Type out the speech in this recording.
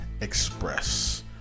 Express